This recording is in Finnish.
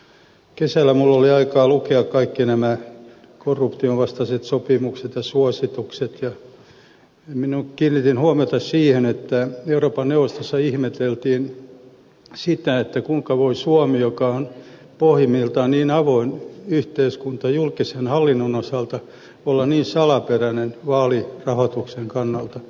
kesällä minulla oli aikaa lukea kaikki nämä korruptionvastaiset sopimukset ja suositukset ja minä kiinnitin huomiota siihen että euroopan neuvostossa ihmeteltiin sitä kuinka voi suomi joka on pohjimmiltaan niin avoin yhteiskunta julkisen hallinnon osalta olla niin salaperäinen vaalirahoituksen kannalta